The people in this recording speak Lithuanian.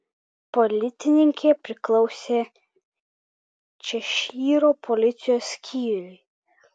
policininkė priklausė češyro policijos skyriui